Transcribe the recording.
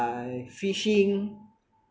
fishing